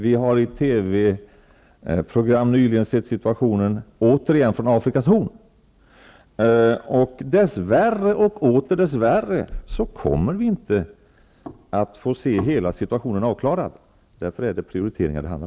Vi har nyligen i TV sett situatio nen på Afrikas horn behandlas. Dess värre kommer vi inte att kunna konsta tera att situationen helt kan klaras. Därför handlar det om prioriteringar.